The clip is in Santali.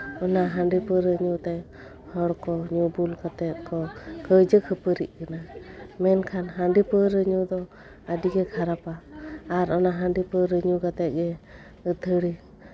ᱚᱱᱟ ᱦᱟᱺᱰᱤ ᱯᱟᱹᱣᱨᱟᱹ ᱧᱩ ᱛᱮ ᱦᱚᱲ ᱠᱚ ᱧᱩ ᱵᱩᱞ ᱠᱟᱛᱮᱫ ᱠᱚ ᱠᱟᱹᱭᱡᱟᱹ ᱠᱷᱟᱹᱯᱟᱹᱨᱤᱜ ᱠᱟᱱᱟ ᱢᱮᱱᱠᱷᱟᱱ ᱦᱟᱺᱰᱤ ᱯᱟᱹᱣᱨᱟᱹ ᱧᱩ ᱫᱚ ᱟᱹᱰᱤ ᱜᱮ ᱠᱷᱟᱨᱟᱯᱼᱟ ᱟᱨ ᱚᱱᱟ ᱦᱟᱺᱰᱤ ᱯᱟᱹᱣᱨᱟᱹ ᱧᱩ ᱠᱟᱛᱮᱫ ᱜᱮ ᱟᱹᱛᱷᱟᱹᱲᱤ